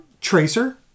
Tracer